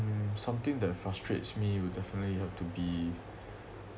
mm something that frustrates me will definitely have to be